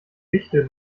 wichtel